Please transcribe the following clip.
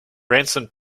ransom